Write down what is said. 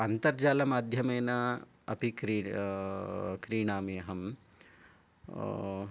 अन्तर्जालमाध्यमेन अपि क्रीणामि अहम्